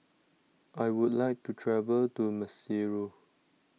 I would like to travel to Maseru